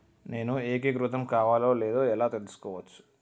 నేను ఏకీకృతం కావాలో లేదో ఎలా తెలుసుకోవచ్చు?